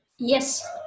Yes